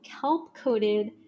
kelp-coated